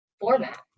format